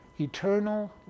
eternal